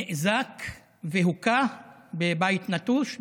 נאזק והוכה בבית נטוש בג'ילג'יליה?